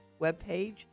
webpage